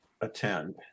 attend